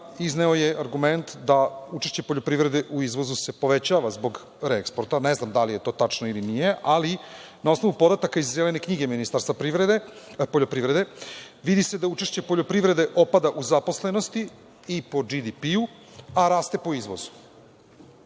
izneo je argument da učešće poljoprivrede u izvozu se povećava zbog reeksporta. Ne znam da li je to tačno ili nije, ali na osnovu podataka iz zelene knjige Ministarstva poljoprivrede vidi se da učešće poljoprivrede opada u zaposlenosti i po BDP, a raste po izvozu. Možda